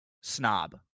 snob